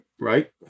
right